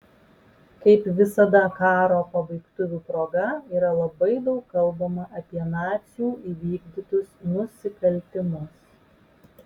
kaip visada karo pabaigtuvių proga yra labai daug kalbama apie nacių įvykdytus nusikaltimus